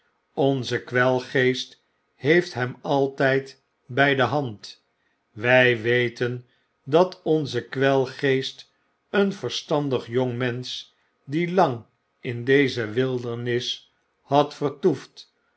onze kwelgeest heeft hem altyd by de hand wy weten dat onze kwelgeest een vetstaiidig jongmensch dielangin deze wildernis had vertoefd